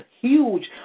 huge